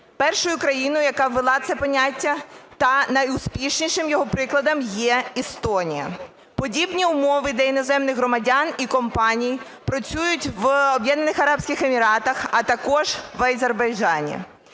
Першою країною, яка ввела це поняття та найуспішнішим його прикладом є Естонія. Подібні умови для іноземних громадян і компаній працюють в Об'єднаних Арабських Еміратах, а також в Азербайджані.